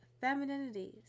femininity